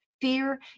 fear